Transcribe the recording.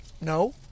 No